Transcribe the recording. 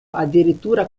addirittura